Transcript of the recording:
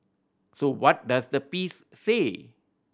so what does the piece say